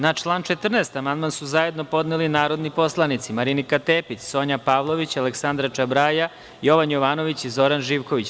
Na član 14. amandman su zajedno podneli narodni poslanici Marinika Tepić, Sonja Pavlović, Aleksandra Čabraja, Jovan Jovanović i Zoran Živković.